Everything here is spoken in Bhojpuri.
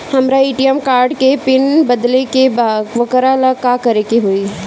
हमरा ए.टी.एम कार्ड के पिन बदले के बा वोकरा ला का करे के होई?